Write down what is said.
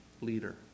leader